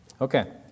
Okay